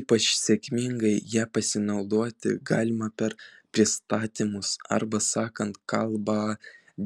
ypač sėkmingai ja pasinaudoti galima per pristatymus arba sakant kalbą